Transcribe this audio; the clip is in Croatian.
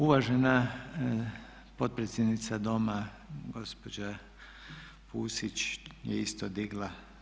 Uvažena potpredsjednica Doma gospođa Pusić je isto digla.